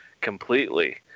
completely